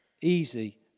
easy